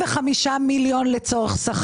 אבל זה לא 45 מיליון לצורך שכר,